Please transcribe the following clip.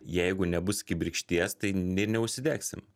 jeigu nebus kibirkšties tai ir neužsidegsim